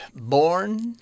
born